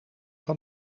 van